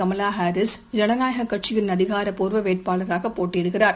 Kamala Harris ஜனநாயககட்சியின் அதிகாரப்பூர்வவேட்பாளராகபோட்டியிடுகிறார்